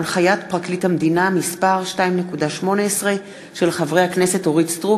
הנחיית פרקליט המדינה מס' 2.18. תודה.